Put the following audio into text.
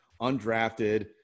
Undrafted